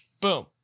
boom